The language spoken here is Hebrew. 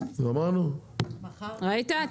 ראית?